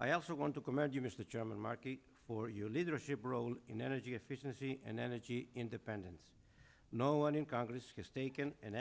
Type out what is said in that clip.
i also want to commend you mr chairman markey for your leadership role in energy efficiency and energy independence no one in congress has taken an